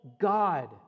God